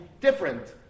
different